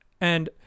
And-